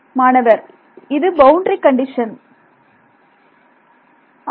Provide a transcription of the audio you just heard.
மாணவர் இது boundary condition ஆம்